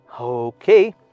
Okay